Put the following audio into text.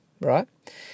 right